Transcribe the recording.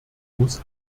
muss